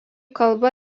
kalba